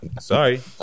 Sorry